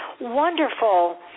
Wonderful